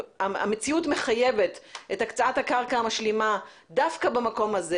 המציאות מחייבת את הקצאת הקרקע המשלימה דווקא במקום הזה.